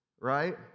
right